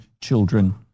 children